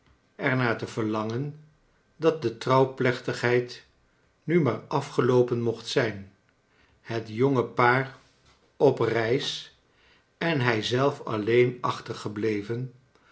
er iiaar te verlangen dat de trouwplechtigheid nu maar afgeloopen moeht zijn het jonge paar op reis en hij zelf alleen achtergebieven